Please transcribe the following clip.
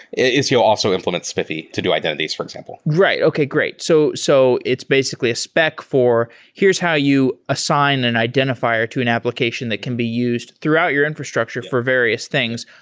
istio also implements spiffy to do identities, for example right. okay. great. so so it's basically a spec for here's how you assign an identifi er to an application that can be used throughout your infrastructure for various things,